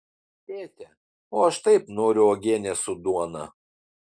tėte o aš taip noriu uogienės su duona